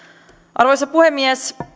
arvoisa puhemies